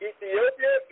Ethiopia